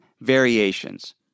variations